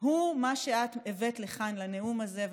הוא מה שאת הבאת לכאן לנאום הזה.